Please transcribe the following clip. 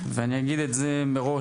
ואני אגיד את זה מראש,